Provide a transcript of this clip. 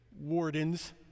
wardens